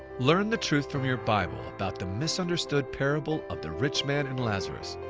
learn the truth from your bible about them is understood parable of the rich man and lazarus.